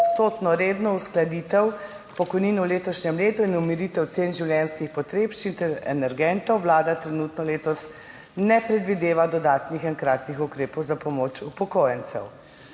8,8-odstotno redno uskladitev pokojnin v letošnjem letu in umiritev cen življenjskih potrebščin ter energentov Vlada trenutno letos ne predvideva dodatnih enkratnih ukrepov za pomoč upokojencem.«